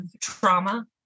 trauma